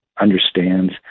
understands